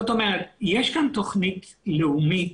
זאת אומרת, יש כאן תוכנית לאומית,